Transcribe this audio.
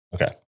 Okay